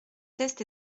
test